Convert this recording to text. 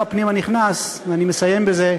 אדוני, שר הפנים הנכנס, ואני מסיים בזה,